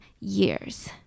years